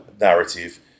narrative